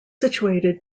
situated